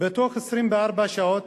ובתוך 24 שעות